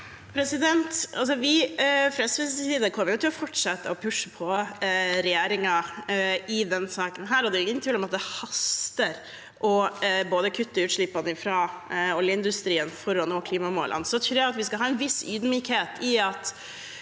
side kommer vi til å fortsette å pushe regjeringen i denne saken. Det er ingen tvil om at det haster å kutte i utslippene fra oljeindustrien for å nå klimamålene. Jeg tror vi skal ha en viss ydmykhet for at